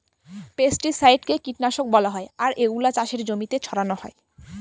পেস্টিসাইডকে কীটনাশক বলা হয় আর এগুলা চাষের জমিতে ছড়ানো হয়